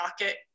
Rocket